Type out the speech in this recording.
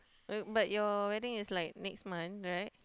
but your wedding is like next month right